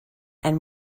and